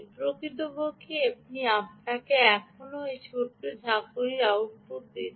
প্রকৃতপক্ষে এটি আপনাকে এখনও এই ছোট্ট ঝাঁকুনির আউটপুট দিচ্ছে